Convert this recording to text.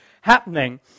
happening